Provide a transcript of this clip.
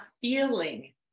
feeling